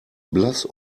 blass